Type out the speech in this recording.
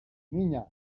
niña